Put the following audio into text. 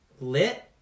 Lit